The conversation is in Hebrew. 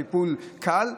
טיפול קל,